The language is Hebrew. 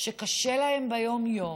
שקשה להם ביום-יום,